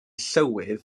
llywydd